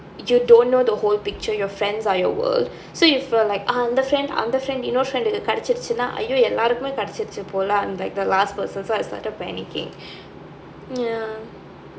you don't know the whole picture your friends are your world so you've like a அந்த:antha friend அந்த:antha friend இன்னொரு:innoru friend கிடச்சுருச்சுனா:kidachuruchunaa !aiyo! எல்லாருக்கும் கிடைச்சுருச்சு போலாம்:ellaarukkum kidaichuruchu polaam I'm like the last person so I started panicking ya